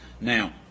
Now